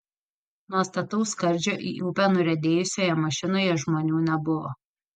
nuo stataus skardžio į upę nuriedėjusioje mašinoje žmonių nebuvo